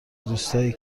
دوستایی